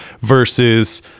versus